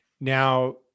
now